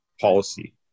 policy